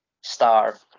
star